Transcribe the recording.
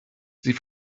sie